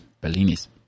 Bellini's